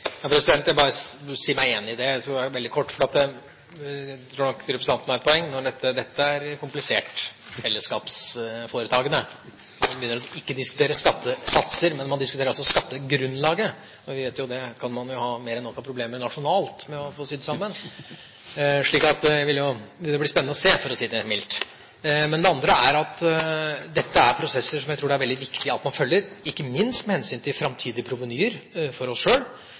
Jeg vil bare veldig kort si meg enig i det. Jeg tror nok representanten har et poeng: Dette er et komplisert fellesskapsforetagende. Man diskuterer ikke skattesatser. Man diskuterer altså skattegrunnlaget, og vi vet at det kan en jo ha mer enn nok problemer med å få sydd sammen nasjonalt. Så det blir spennende å se, for å si det mildt. Det andre er at dette er prosesser som jeg tror det er veldig viktig at man følger, ikke minst med hensyn til framtidige provenyer for oss sjøl,